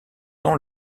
ans